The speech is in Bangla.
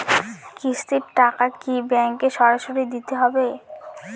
কিস্তির টাকা কি ব্যাঙ্কে সরাসরি দিতে হবে?